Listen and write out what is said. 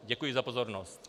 Děkuji za pozornost.